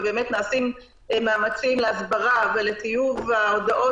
ובאמת נעשים מאמצים להסברה ולטיוב ההודעות